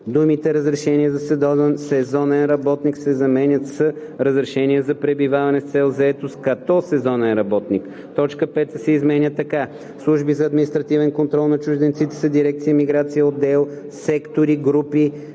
думите „Разрешение за сезонен работник“ се заменят с „Разрешение за пребиваване с цел заетост като сезонен работник“. 3. Точка 5 се изменя така: „5. „Служби за административен контрол на чужденците“ са дирекция „Миграция“, отдел/сектори/групи